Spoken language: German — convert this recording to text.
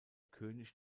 könig